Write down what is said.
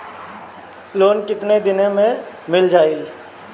Loan कितना दिन में मिल जाई?